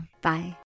Bye